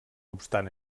obstant